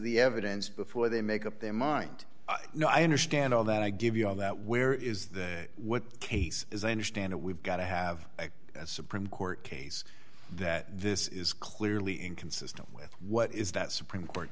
the evidence before they make up their mind you know i understand all that i give you on that where is that what case as i understand it we've got to have a supreme court case that this is clearly inconsistent with what is that supreme court